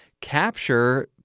capture